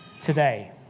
today